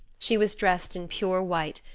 she was dressed in pure white,